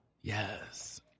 Yes